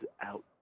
out